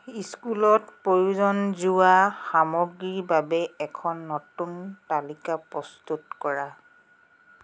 স্কুলত প্ৰয়োজন যোৱা সামগ্ৰীৰ বাবে এখন নতুন তালিকা প্ৰস্তুত কৰা